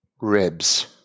ribs